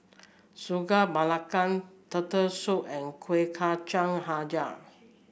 Sagu Melaka Turtle Soup and Kuih Kacang hijau